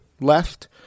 left